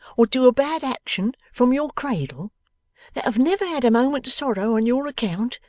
or do a bad action from your cradle that have never had a moment's sorrow on your account,